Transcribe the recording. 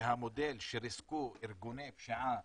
והמודל שריסקו ארגוני פשיעה